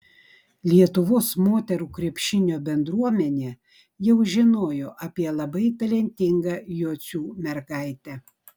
lietuvos moterų krepšinio bendruomenė jau žinojo apie labai talentingą jocių mergaitę